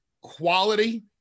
quality